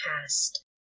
past